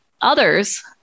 others